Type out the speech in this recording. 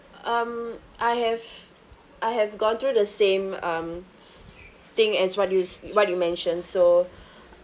um I have I have gone through the same um thing as what you s~ what you mention so